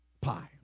pie